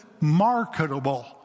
marketable